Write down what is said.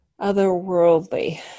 otherworldly